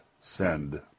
send